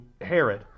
Herod